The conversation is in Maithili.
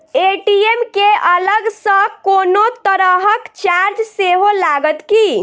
ए.टी.एम केँ अलग सँ कोनो तरहक चार्ज सेहो लागत की?